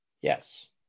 Yes